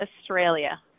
Australia